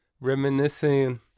reminiscing